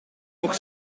nog